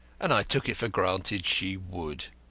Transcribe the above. and i took it for granted she would.